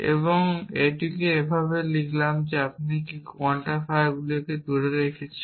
এবং এটিকে এভাবে আবার লিখলাম আপনি কি কোয়ান্টিফায়ারগুলিকে দূরে রেখেছি